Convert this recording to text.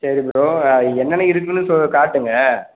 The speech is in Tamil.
சரி ப்ரோ என்னென்ன இருக்குதுனு ஸோ காட்டுங்கள்